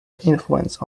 influence